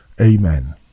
Amen